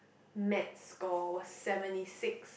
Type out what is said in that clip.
maths score was seventy six